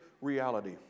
reality